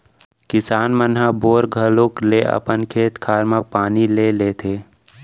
किसान मन ह बोर घलौक ले अपन खेत खार म पानी ले लेथें